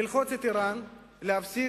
ללחוץ את אירן להפסיק